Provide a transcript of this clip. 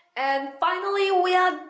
and finally we are